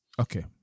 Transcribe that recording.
Okay